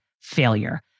failure